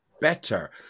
better